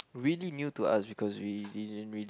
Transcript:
really new to us because we didn't really